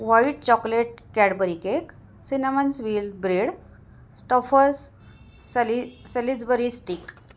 white chocolate Cadbury cake cinnamons wheel bread stuffers sally Salisbury stick